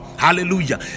Hallelujah